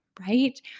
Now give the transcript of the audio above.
right